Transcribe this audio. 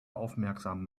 aufmerksam